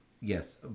yes